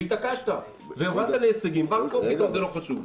והתעקשת פה זה לא חשוב.